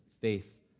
faith